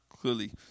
clearly